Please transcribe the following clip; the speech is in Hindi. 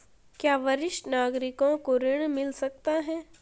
क्या वरिष्ठ नागरिकों को ऋण मिल सकता है?